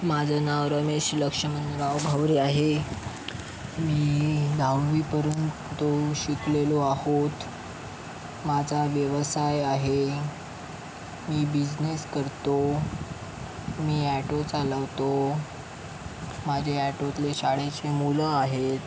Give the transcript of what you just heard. माझं नाव रमेश लक्ष्मणराव भावरे आहे मी दहावी पर्यंत शिकलेलो आहोत माझा व्यवसाय आहे मी बिजनेस करतो मी ॲटो चालवतो माझे ॲटोतले शाळेचे मुलं आहेत